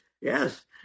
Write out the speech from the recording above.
Yes